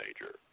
major